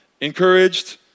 encouraged